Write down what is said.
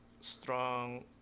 strong